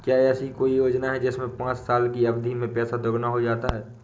क्या ऐसी कोई योजना है जिसमें पाँच साल की अवधि में पैसा दोगुना हो जाता है?